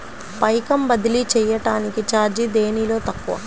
పైకం బదిలీ చెయ్యటానికి చార్జీ దేనిలో తక్కువ?